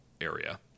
area